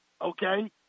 Okay